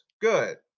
Good